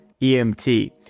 EMT